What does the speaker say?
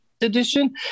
edition